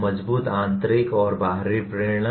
मजबूत आंतरिक और बाहरी प्रेरणा